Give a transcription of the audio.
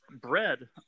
bread